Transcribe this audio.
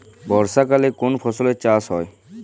বর্ষাকালে কোন ফসলের চাষ হয়?